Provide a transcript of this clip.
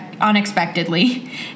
unexpectedly